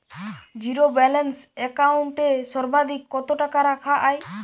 Zero balance account এ সর্বাধিক কত টাকা রাখা য়ায়?